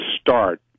start